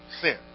sin